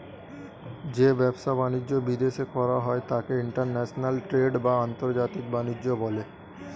যে ব্যবসা বাণিজ্য বিদেশে করা হয় তাকে ইন্টারন্যাশনাল ট্রেড বা আন্তর্জাতিক বাণিজ্য বলে